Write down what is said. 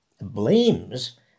blames